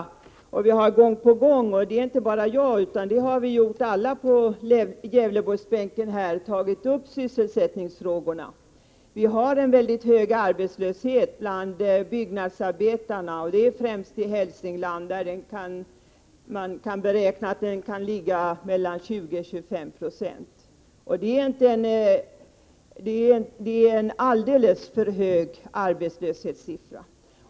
Inte bara jag utan också alla andra på Gävleborgsbänken har också gång på gång tagit upp sysselsättningsfrågorna. Vi har en väldigt hög arbetslöshet bland byggnadsarbetarna, främst i Hälsingland, där man beräknar att arbetslösheten ligger på mellan 20 och 25 90. Det är en alldeles för hög procentsiffra.